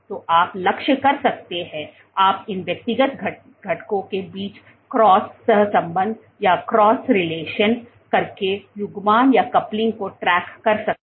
तो आप लक्ष्य कर सकते हैं आप इन व्यक्तिगत घटकों के बीच क्रॉस सह संबंध करके युग्मन को ट्रैक कर सकते हैं